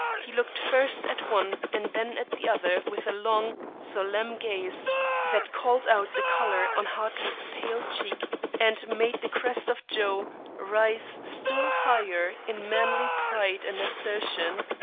he looked first at one and then at the other with a long, solemn gaze that called out the color on hartley's pale cheek and made the crest of joe rise still higher in manly pride and assertion.